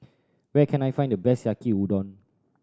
where can I find the best Yaki Udon